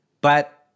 But-